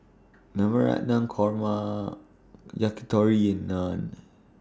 Navratan Korma Yakitori and Naan